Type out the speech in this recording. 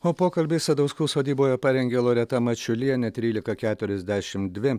o pokalbį sadauskų sodyboje parengė loreta mačiulienė trylika keturiasdešim dvi